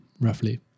roughly